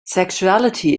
sexuality